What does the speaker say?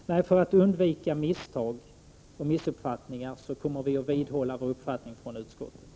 Herr talman! För att undvika misstag och missuppfattningar kommer vi i vpk att vidhålla den mening som vi hade i utskottet.